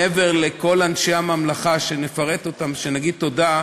מעבר לכל אנשי הממלכה, שנפרט אותם כשנגיד תודה,